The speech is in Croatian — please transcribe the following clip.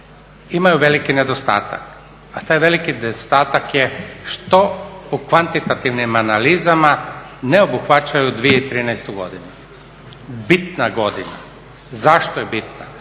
Imaju veliki nedostatak, a taj veliki nedostatak je što u kvantitativnim analizama ne obuhvaćaju 2013. godinu, bitna godina. Zašto je bitna?